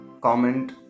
comment